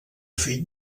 fill